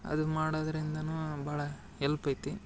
ಅದು ಮಾಡೋದ್ರಿಂದನೂ ಭಾಳ ಎಲ್ಪ್ ಐತಿ